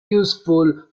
useful